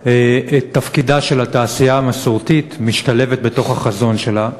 את תפקידה של התעשייה המסורתית משתלב בתוך החזון שלך?